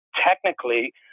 technically